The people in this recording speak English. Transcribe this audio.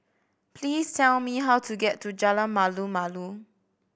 please tell me how to get to Jalan Malu Malu